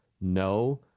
no